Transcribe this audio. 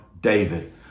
David